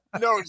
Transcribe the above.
No